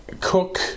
Cook